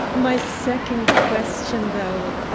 my second question, though,